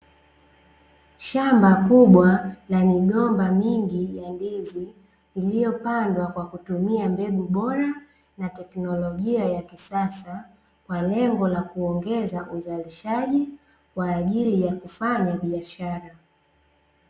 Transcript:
Shamba kubwa la migomba mingi ya ndizi, iliyopandwa kwa kutumia mbegu bora, na teknolojia ya kisasa kwa lengo la kuongeza uzalishaji, kwa ajili ya kufanya biashara.